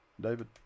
David